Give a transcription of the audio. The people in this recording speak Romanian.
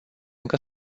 încă